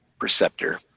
Perceptor